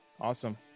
awesome